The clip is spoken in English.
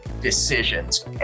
decisions